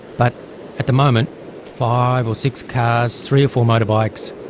but at the moment five or six cars, three or four motorbikes,